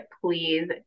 please